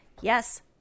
yes